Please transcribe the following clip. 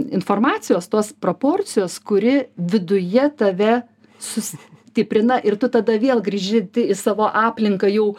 informacijos tos proporcijos kuri viduje tave sustiprina ir tu tada vėl grįžti į savo aplinką jau